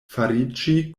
fariĝi